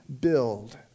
build